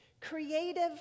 Creative